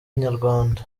inyarwanda